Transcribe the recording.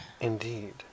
Indeed